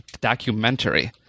documentary